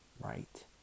right